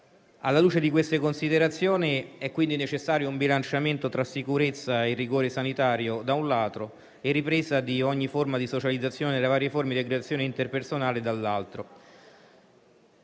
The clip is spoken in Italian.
Alla luce di queste considerazioni, è quindi necessario un bilanciamento tra sicurezza e rigore sanitario, da un lato, e ripresa di ogni forma di socializzazione nelle varie forme di aggregazione interpersonale, dall'altro.